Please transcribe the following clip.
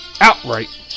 Outright